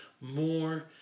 more